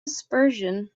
dispersion